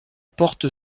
porte